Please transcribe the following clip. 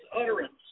utterance